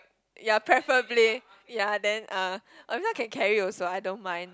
ya preferably ya then uh this one can carry also I don't mind